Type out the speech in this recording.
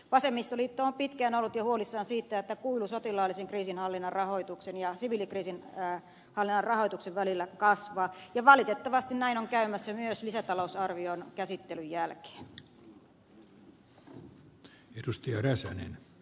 vasemmistoliitto on jo pitkään ollut huolissaan siitä että kuilu sotilaallisen kriisinhallinnan rahoituksen ja siviilikriisinhallinnan rahoituksen välillä kasvaa ja valitettavasti näin on käymässä myös lisätalousarvion käsittelyn jälkeen